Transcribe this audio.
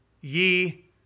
ye